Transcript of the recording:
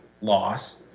loss